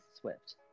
Swift